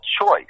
choice